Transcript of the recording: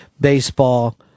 baseball